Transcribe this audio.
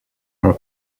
her